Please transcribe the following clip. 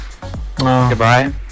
Goodbye